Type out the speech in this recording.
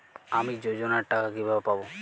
আমি যোজনার টাকা কিভাবে পাবো?